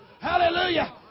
hallelujah